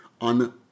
on